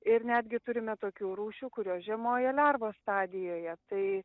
ir netgi turime tokių rūšių kurios žiemoja lervos stadijoje tai